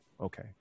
okay